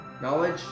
Knowledge